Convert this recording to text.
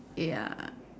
ya